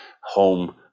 home